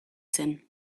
zen